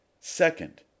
Second